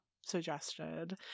suggested